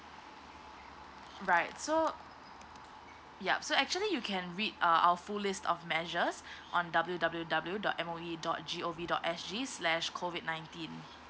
right so yup so actually you can read uh our full list of measures on W W W dot M O E dot G O V dot S G slash COVID nineteen